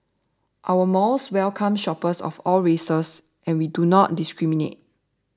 our malls welcome shoppers of all races and we do not discriminate